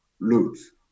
lose